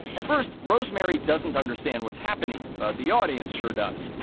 at first, rosemary doesn't understand what's happening, but the audience sure does,